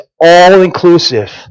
all-inclusive